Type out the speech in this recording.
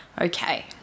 Okay